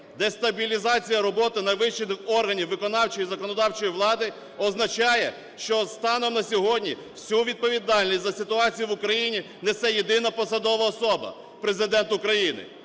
Дестабілізація роботи найвищих органів виконавчої і законодавчої влади означає, що станом на сьогодні всю відповідальність за ситуацію в Україні несе єдина посадова особа – Президент України.